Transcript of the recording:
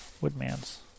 woodman's